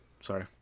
Sorry